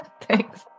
Thanks